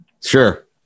Sure